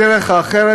בדרך האחרת,